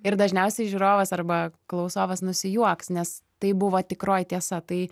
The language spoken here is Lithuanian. ir dažniausiai žiūrovas arba klausovas nusijuoks nes tai buvo tikroji tiesa tai